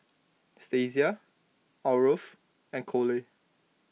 Stasia Aarav and Cole